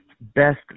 best